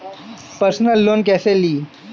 Personal loan कैसे ली?